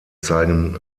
zeigen